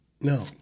No